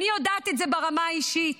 אני יודעת את זה ברמה האישית,